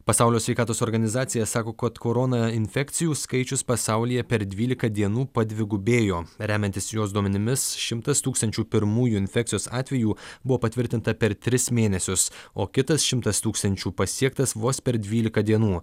pasaulio sveikatos organizacija sako kad korona infekcijų skaičius pasaulyje per dvylika dienų padvigubėjo remiantis jos duomenimis šimtas tūkstančių pirmųjų infekcijos atvejų buvo patvirtinta per tris mėnesius o kitas šimtas tūkstančių pasiektas vos per dvylika dienų